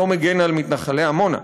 לא מגן על מתנחלי עמונה,